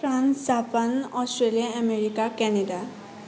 France Japan Australia America Canada